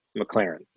McLaren